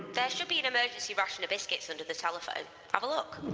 there should be an emergency ration of biscuits under the telephone. have a look.